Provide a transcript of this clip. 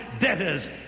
debtors